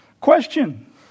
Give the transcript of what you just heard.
Question